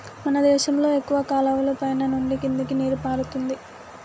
మన దేశంలో ఎక్కువ కాలువలు పైన నుండి కిందకి నీరు పారుతుంది